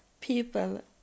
people